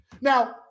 Now